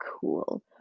cool